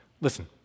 Listen